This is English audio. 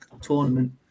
tournament